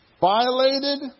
violated